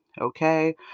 Okay